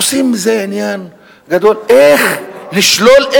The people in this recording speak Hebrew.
עושים מזה עניין גדול איך לשלול,